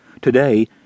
today